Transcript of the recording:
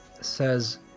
says